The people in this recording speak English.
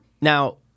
Now